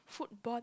food bun